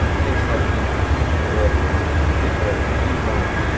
anything that you need for scissor, swimmers,